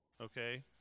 Okay